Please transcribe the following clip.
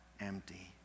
empty